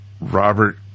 Robert –